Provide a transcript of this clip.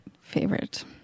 favorite